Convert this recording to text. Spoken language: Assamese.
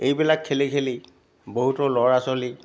এইবিলাক খেলি খেলি বহুতো ল'ৰা ছোৱালী